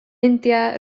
india